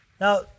Now